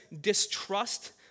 distrust